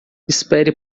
espere